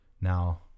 now